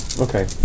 Okay